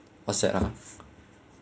what's that ah